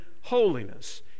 holiness